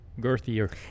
girthier